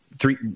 three